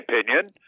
opinion